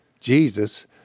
Jesus